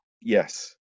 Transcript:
Yes